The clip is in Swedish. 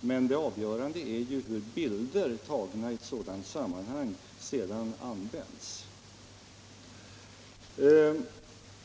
Men det avgörande är ju hur bilder tagna i ett sådant sammanhang sedan används.